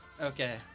Okay